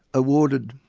awarded